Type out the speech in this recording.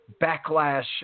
backlash